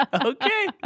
okay